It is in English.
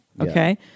Okay